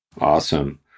Awesome